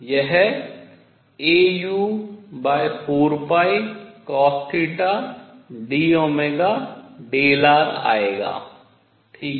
यह au4cosθdΩΔr आयेगा ठीक है